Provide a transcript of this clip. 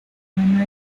manuel